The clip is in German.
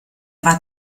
war